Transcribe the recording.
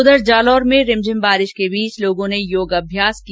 उधर जालौर में रिमझिम बारिश के बीच लोगों ने योग अभ्यास किया